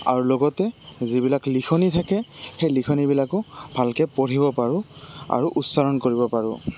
আৰু লগতে যিবিলাক লিখনি থাকে সেই লিখনিবিলাকো ভালকে পঢ়িব পাৰোঁ আৰু উচ্চাৰণ কৰিব পাৰোঁ